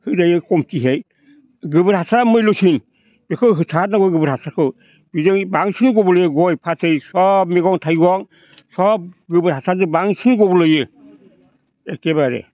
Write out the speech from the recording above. होजायो खमखैहाय गोबोर हासारा मुय्ल' सिन बेखौ होथारनांगौ गोबोर हासारखौ बिजों बांसिन गब्ल'यो गय फाथै सब मैगं थाइगं सब गोबोर हासारजों बांसिन गब्ल'यो एखेबारे